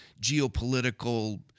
geopolitical